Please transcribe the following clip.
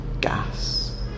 gas